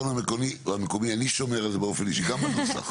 על כל מה שקשור לשלטון המקומי; גם בנוסח.